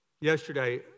yesterday